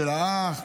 של האח,